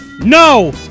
no